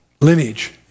lineage